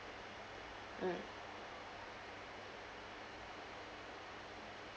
mm